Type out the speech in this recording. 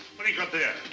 but you got there?